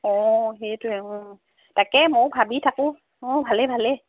অঁ সেইটোৱে অ তাকে মইও ভাবি থাকোঁ অঁ ভালে ভালে